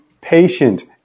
patient